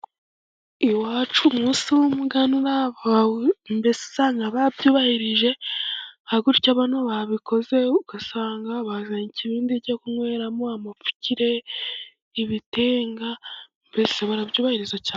Iwacu umunsi w'umuganura mbese usanga babyubahirije, nka gutya bano babikoze, ugasanga bazanye ikibindi cyo kunyweramo amapfukire, ibitenga, mbese barabyubahiriza cyane.